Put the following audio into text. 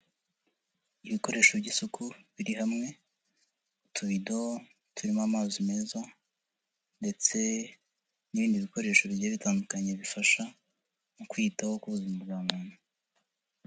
Ibikoresho by'isuku biri hamwe, utuyidoho turimo amazi meza ndetse n'ibindi bikoresho bigiye bitandukanye bifasha mu kwiyitaho kw'ubuzima bwa muntu.